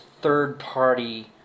third-party